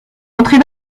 rentrer